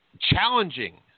challenging